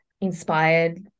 inspired